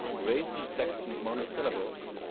racy saxon monosyllables,